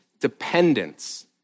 dependence